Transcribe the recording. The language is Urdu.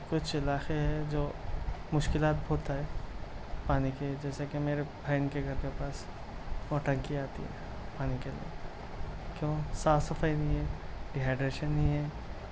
کچھ علاقے ہے جو مشکلات ہوتا ہے پانی کے جیسا کہ میرے بہن کے گھر کے پاس اور ٹنکی آتی ہے پانی کے لیے کیوں صاف صفائی نہیں ہے ڈیہائڈریشن نہیں ہے